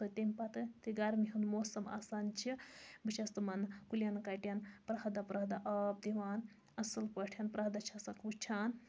تمہِ پَتہٕ یِتھُے گَرمی ہُنٛد موسَم آسان چھُ بہٕ چھَس تِمَن کُلیٚن کَٹیٚن پرٛٮ۪تھ دۄہ پرٛٮ۪تھ دۄہ آب دِوان اصل پٲٹھۍ پرٛٮ۪تھ دۄہ چھَسَکھ وٕچھان